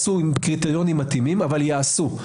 עם קריטריונים מתאימים אך ייעשו.